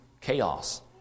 chaos